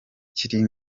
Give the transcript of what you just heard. kiri